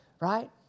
Right